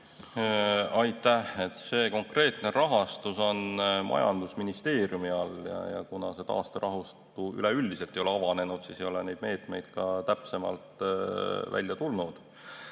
Aitäh! See konkreetne rahastus tuleb majandusministeeriumi alt. Kuna see taasterahastu üleüldiselt ei ole avanenud, siis ei ole neid meetmeid ka täpsemalt välja tulnud.